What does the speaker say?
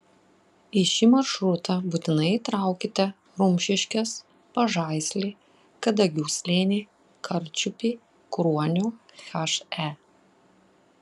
į šį maršrutą būtinai įtraukite rumšiškes pažaislį kadagių slėnį karčiupį kruonio he